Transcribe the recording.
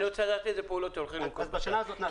אני רוצה לדעת איזה פעולות אתם הולכים לנקוט בשנה הזאת.